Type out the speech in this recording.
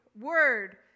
word